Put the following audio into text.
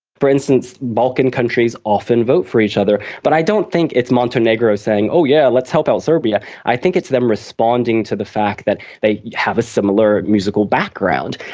for instance, balkan countries often vote for each other, but i don't think it's montenegro saying oh yeah, let's help out serbia', i think it's them responding to the fact that they have a similar musical background.